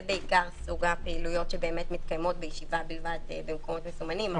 זה בעיקר סוג הפעילויות שמתקיימות בישיבה במקומות מסומנים.